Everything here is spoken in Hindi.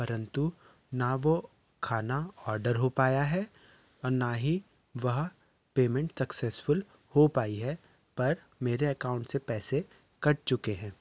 परन्तु ना वो खाना ऑर्डर हो पाया है और ना ही वह पेमेंट सक्सेसफुल हो पाई है पर मेरे अकाउंट से पैसे कट चुके हैं